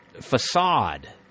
facade